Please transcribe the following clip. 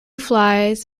flies